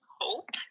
hope